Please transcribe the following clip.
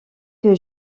que